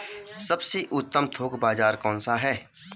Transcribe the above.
सबसे उत्तम थोक बाज़ार कौन सा है?